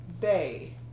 Bay